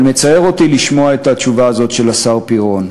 אבל מצער אותי לשמוע את התשובה הזאת של השר פירון,